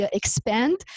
expand